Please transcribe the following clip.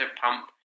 pump